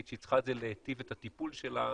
שהיא צריכה את זה להיטיב את הטיפול שלה,